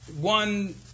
one